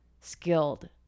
skilled